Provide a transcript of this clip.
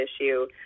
issue